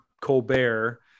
Colbert